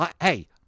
Hey